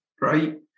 Right